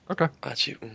Okay